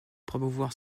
promouvoir